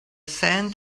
sand